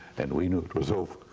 and we knew it was over